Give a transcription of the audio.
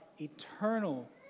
eternal